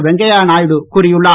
வெங்கைய நாயுடு கூறியுள்ளார்